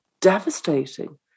devastating